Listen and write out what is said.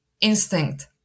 instinct